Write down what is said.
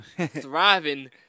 thriving